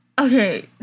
Okay